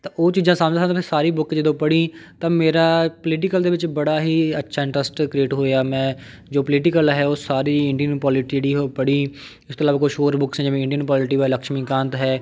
ਤਾਂ ਉਹ ਚੀਜ਼ਾਂ ਸਮਝ ਸਕਦੇ ਫਿਰ ਸਾਰੀ ਬੁੱਕ ਜਦੋਂ ਪੜ੍ਹੀ ਤਾਂ ਮੇਰਾ ਪੋਲੀਟੀਕਲ ਦੇ ਵਿੱਚ ਬੜਾ ਹੀ ਅੱਛਾ ਇੰਟਰਸਟ ਕ੍ਰੀਏਟ ਹੋਇਆ ਮੈਂ ਜੋ ਪੋਲੀਟੀਕਲ ਹੈ ਉਹ ਸਾਰੀ ਇੰਡੀਅਨ ਪੋਲੀਟੀ ਜਿਹੜੀ ਉਹ ਪੜ੍ਹੀ ਉਸ ਤੋਂ ਇਲਾਵਾ ਕੁਛ ਹੋਰ ਬੁਕਸ ਹੈ ਜਿਵੇਂ ਇੰਡੀਅਨ ਪੋਲੀਟੀ ਬਾਰੇ ਲਕਸ਼ਮੀ ਕਾਂਤ ਹੈ